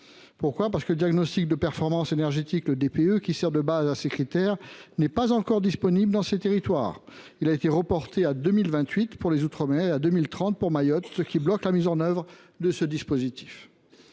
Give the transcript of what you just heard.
premier lieu, le diagnostic de performance énergétique (DPE), qui sert de base à ces critères, n’est pas encore disponible dans ces territoires. Sa mise en œuvre a été reportée à 2028 pour les outre mer et à 2030 pour Mayotte, ce qui bloque la mise en œuvre de ce dispositif.